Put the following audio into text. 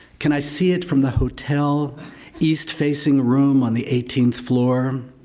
can i see it from the hotel east facing room on the eighteenth floor?